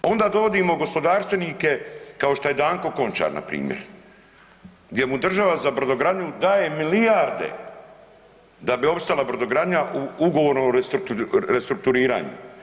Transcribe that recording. Onda dovodimo gospodarstvenike kao što je Danko Končar npr., gdje mu država za brodogradnju daje milijarde da bi opstala brodogradnja u ugovornom restrukturiranju.